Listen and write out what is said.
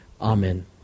Amen